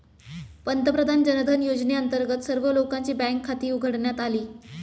पंतप्रधान जनधन योजनेअंतर्गत सर्व लोकांची बँक खाती उघडण्यात आली